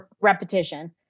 repetition